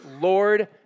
Lord